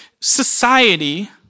society